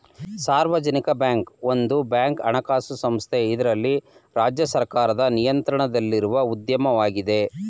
ಸಾರ್ವಜನಿಕ ಬ್ಯಾಂಕ್ ಒಂದು ಬ್ಯಾಂಕ್ ಹಣಕಾಸು ಸಂಸ್ಥೆ ಇದ್ರಲ್ಲಿ ರಾಜ್ಯ ಸರ್ಕಾರದ ನಿಯಂತ್ರಣದಲ್ಲಿರುವ ಉದ್ಯಮವಾಗಿದೆ